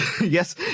yes